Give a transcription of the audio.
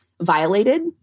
violated